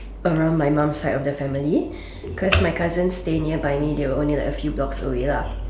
around my mom side of the family cause my cousin stay nearby me they were only like a few blocks away lah